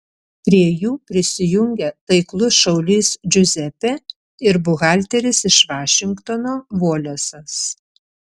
prie jų prisijungia taiklus šaulys džiuzepė ir buhalteris iš vašingtono volesas